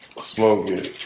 smoking